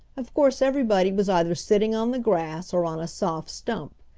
of course everybody was either sitting on the grass or on a soft stump.